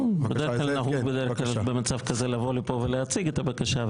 בדרך כלל נהוג במצב כזה לבוא לפה ולהציג את הבקשה,